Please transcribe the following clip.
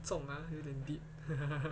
这 ah 有点 deep